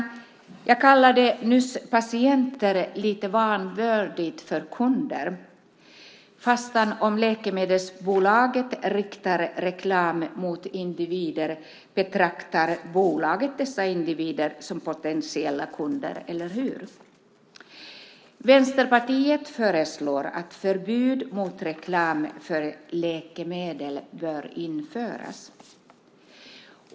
Jag kallade nyss patienter lite vanvördigt för kunder, fast om läkemedelsbolaget riktar reklam mot individer betraktar bolaget dessa individer som potentiella kunder, eller hur? Vänsterpartiet föreslår att förbud mot reklam för läkemedel bör införas.